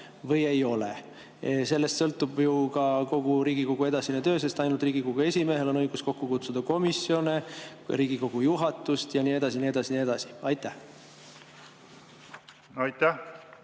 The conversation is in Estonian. või ei ole? Sellest sõltub ju ka kogu Riigikogu edasine töö, sest ainult Riigikogu esimehel on õigus kokku kutsuda komisjone, Riigikogu juhatust ja nii edasi ja nii edasi ja nii edasi. Aitäh!